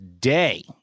day